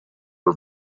are